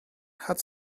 had